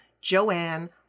Joanne